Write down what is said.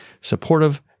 supportive